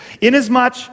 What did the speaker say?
Inasmuch